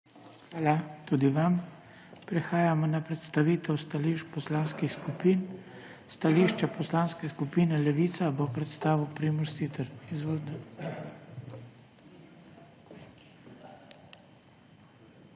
Hvala tudi vam. Prehajamo na predstavitev stališč poslanskih skupin. Stališča Poslanske skupine Levica bo predstavil Primož Siter. Izvolite.